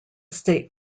state